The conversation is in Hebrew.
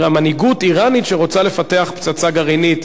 מנהיגות אירנית שרוצה לפתח פצצה גרעינית.